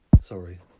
sorry